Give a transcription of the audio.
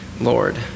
Lord